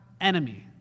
enemy